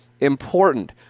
important